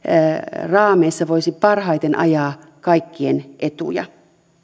raameissa voisi parhaiten ajaa kaikkien etuja